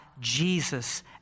Jesus